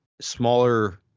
smaller